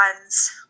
ones